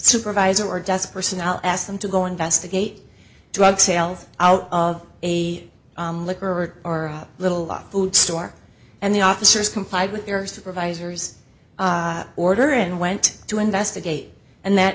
supervisor or desk personnel asked them to go investigate drug sales out of a liquor or a little lock food store and the officers complied with your supervisor's order and went to investigate and that